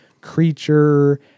creature